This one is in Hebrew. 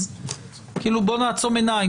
אז בואו נעצום עיניים,